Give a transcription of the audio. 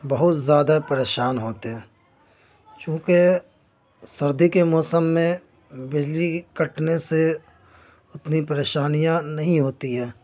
بہت زیادہ پریشان ہوتے ہیں چونکہ سردی کے موسم میں بجلی کٹنے سے اتنی پریشانیاں نہیں ہوتی ہیں